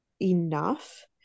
Enough